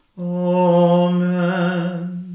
Amen